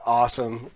awesome